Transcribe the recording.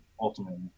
ultimately